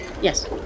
Yes